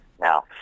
Now